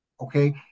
okay